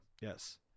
Yes